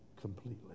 completely